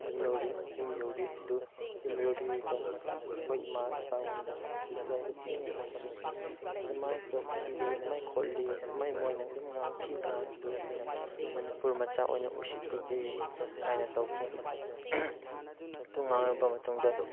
ꯌꯨꯝ ꯌꯧꯔꯦ ꯑꯗꯨ ꯌꯨꯝ ꯌꯧꯔꯒ ꯑꯩꯈꯣꯏ ꯏꯃꯥ ꯏꯄꯥꯉꯣꯟꯗ ꯗꯤꯇꯦꯜꯁꯇꯣ ꯐꯖꯅ ꯍꯥꯏꯈꯤ ꯑꯗꯨꯃꯥꯏꯅ ꯇꯧꯔꯛꯂꯤ ꯑꯗꯨꯃꯥꯏꯅ ꯈꯣꯠꯂꯤ ꯑꯗꯨꯃꯥꯏꯅ ꯃꯣꯏꯅ ꯑꯗꯨꯝ ꯊꯤꯅ ꯉꯥꯡꯕꯤꯌꯦ ꯍꯥꯏꯅ ꯃꯅꯤꯄꯨꯔ ꯃꯆꯥ ꯑꯣꯏꯅ ꯎꯁꯤꯠꯄꯤꯗꯦ ꯍꯥꯏꯅ ꯇꯧꯈꯤ ꯑꯗꯨ ꯉꯥꯡꯂꯕ ꯃꯇꯨꯡꯗ